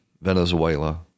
Venezuela